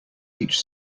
each